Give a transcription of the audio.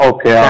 Okay